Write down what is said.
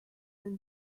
and